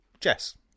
Jess